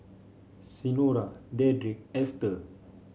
Senora Dedrick Ester